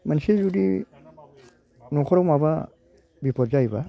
मोनसे जुदि न'खराव माबा बिफद जायोबा